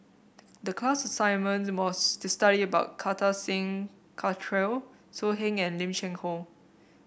the class assignment was to study about Kartar Singh Thakral So Heng and Lim Cheng Hoe